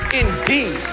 indeed